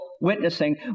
witnessing